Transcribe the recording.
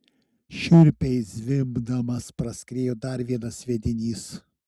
šiurpiai zvimbdamas praskriejo dar vienas sviedinys